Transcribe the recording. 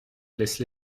laisse